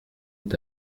est